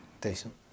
Decent